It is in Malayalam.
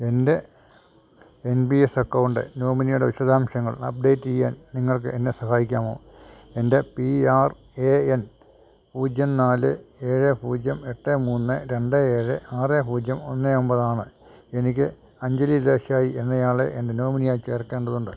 എൻ്റെ എൻ പി എസ് അക്കൗണ്ട് നോമിനിയുടെ വിശദാംശങ്ങൾ അപ്ഡേറ്റ് ചെയ്യാൻ നിങ്ങൾക്കെന്നെ സഹായിക്കാമോ എൻ്റെ പി ആർ എ എൻ പൂജ്യം നാല് ഏഴ് പൂജ്യം എട്ട് മൂന്ന് രണ്ട് ഏഴ് ആറ് പൂജ്യം ഒന്ന് ഒൻപതാണ് എനിക്ക് അഞ്ജലി ദേശായി എന്നയാളെ എൻ്റെ നോമിനിയായി ചേർക്കേണ്ടതുണ്ട്